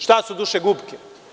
Šta su „dušegupke“